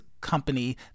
company